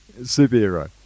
Superhero